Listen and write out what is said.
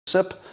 Sip